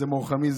זה מור חמי,